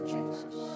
Jesus